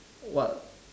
what